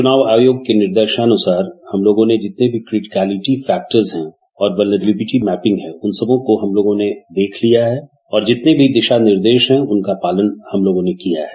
चुनाव आयोग के निर्देशानुसार हम लोगों ने जितने भी क्रीट मैलिटी फैक्टर्स है और मैपिंग है उन सबको हम लोगों ने देख लिया है और जितने भी दिशा निर्देश है उनका पालन हम लोगों ने किया है